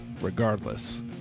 regardless